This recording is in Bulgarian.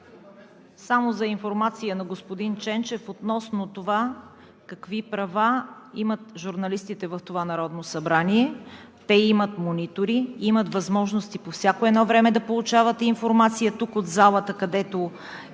Само за информация на господин Ченчев относно това какви права имат журналистите в това Народно събрание. Те имат монитори, имат възможност по всяко едно време да получават информация тук, от залата, където